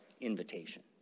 invitation